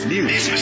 News